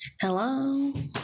Hello